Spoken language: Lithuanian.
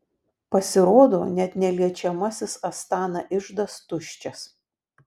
pasirodo net neliečiamasis astana iždas tuščias